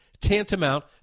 tantamount